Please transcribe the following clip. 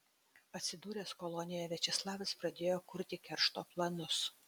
atsidūręs kolonijoje viačeslavas pradėjo kurti keršto planus